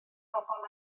bobol